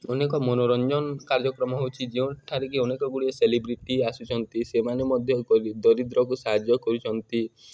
ଅନେକ ମନୋରଞ୍ଜନ କାର୍ଯ୍ୟକ୍ରମ ହଉଛି ଯେଉଁଠାରେ କି ଅନେକ ଗୁଡ଼ିଏ ସେଲିବ୍ରିଟି ଆସୁଛନ୍ତି ସେମାନେ ମଧ୍ୟ ଦରିଦ୍ରକୁ ସାହାଯ୍ୟ କରୁଛନ୍ତି